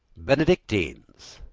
benedictines,